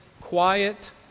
quiet